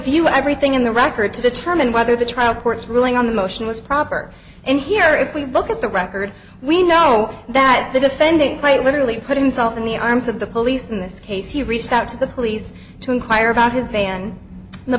view everything in the record to determine whether the trial court's ruling on the motion was proper and here if we look at the record we know that the defendant quite literally put himself in the arms of the police in this case he reached out to the police to inquire about his van and the